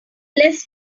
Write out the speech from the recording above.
less